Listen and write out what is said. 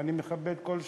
ואני מכבד כל שכול.